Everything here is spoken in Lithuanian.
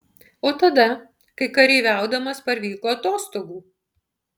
o tada kai kareiviaudamas parvyko atostogų